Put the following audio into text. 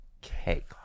Cake